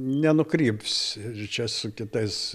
nenukryps ir čia su kitais